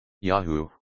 Yahoo